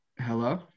Hello